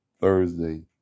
Thursday